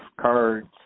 cards